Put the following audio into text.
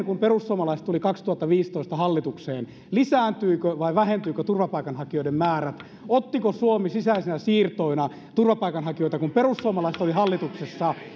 kun he tulivat kaksituhattaviisitoista hallitukseen lisääntyikö vai vähentyikö turvapaikanhakijoiden määrä ottiko suomi sisäisinä siirtoina turvapaikanhakijoita kun perussuomalaiset olivat hallituksessa